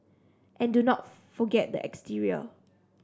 and do not forget the exterior